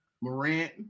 Morant